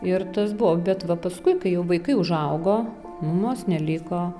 ir tas buvo bet va paskui kai jau vaikai užaugo mamos neliko